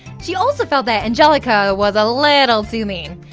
she also felt that angelica was a little too mean.